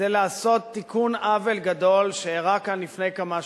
זה תיקון עוול גדול שאירע כאן לפני כמה שנים,